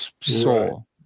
soul